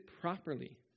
properly